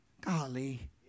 golly